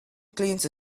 cleans